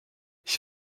ich